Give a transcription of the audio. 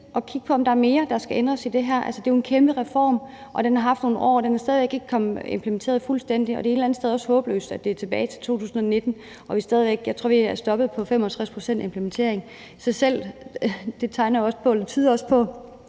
at kigge på, om der er mere, der skal ændres i det her. Altså, det er jo en kæmpe reform, og den har haft nogle år, og den er stadig væk ikke implementeret fuldstændigt, og det er et eller andet sted også håbløst, at det går tilbage til 2019; jeg tror, at implementeringen er stoppet ved 65 pct. Det tyder også på,